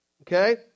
Okay